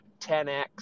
10x